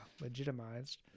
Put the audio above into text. Legitimized